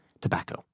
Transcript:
tobacco